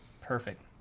Perfect